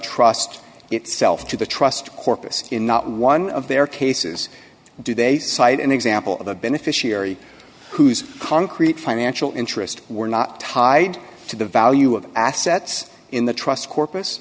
trust itself to the trust corpus in not one of their cases do they cite an example of a beneficiary whose concrete financial interest were not tied to the value of assets in the trust corpus